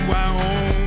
Wyoming